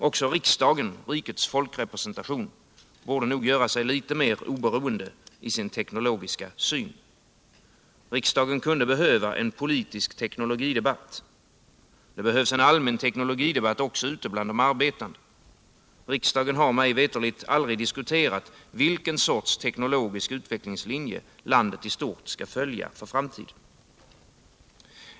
Också riksdagen, rikets folkrepresentation, borde nog göra sig litet mer oberoende i sin teknologiska syn. Riksdagen kunde behöva en politisk teknologidebatt. Det behövs en allmän teknologidebatt också ute bland de arbetande. Riksdagen har, mig veterligen, aldrig diskuterat vilken sorts teknologisk utvecklingslinje landet i stort skall följa för framtiden.